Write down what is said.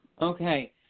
Okay